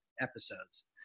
episodes